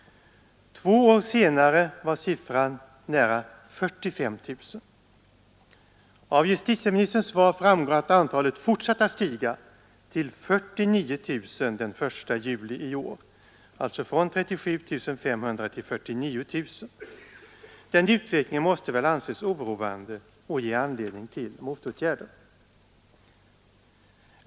Två år senare var siffran nära 45 000. Av justitieministerns svar framgår att antalet fortsatt att stiga, till 49 000 den 1 juli i år. Den utvecklingen måste väl anses oroande och ge anledning till motåtgärder.